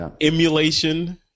emulation